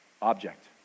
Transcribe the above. Object